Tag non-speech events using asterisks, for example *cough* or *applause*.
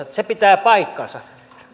*unintelligible* että se pitää paikkansa